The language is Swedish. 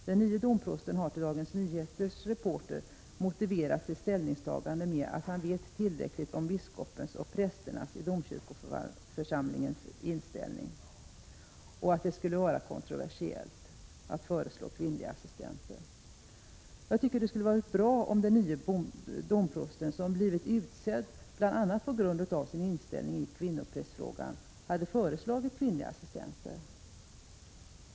Den nye domprosten har för Dagens Nyheters reporter motiverat sitt ställningstagande med att han vet tillräckligt om biskopens och prästernas i domkyrkoförsamlingen inställning och att det skulle vara kontroversiellt att föreslå kvinnliga assistenter. Jag tycker att det skulle ha varit bra om den nye domprosten, som blivit utsedd bl.a. på grund av sin inställning i kvinnoprästfrågan, hade föreslagit kvinnliga assistenter.